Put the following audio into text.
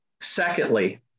Secondly